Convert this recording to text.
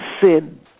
sin